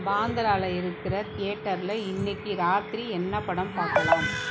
பாந்தராவில் இருக்கிற தியேட்டர்ல இன்னிக்கு ராத்திரி என்ன படம் பார்க்கலாம்